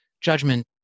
Judgment